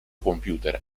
computer